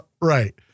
Right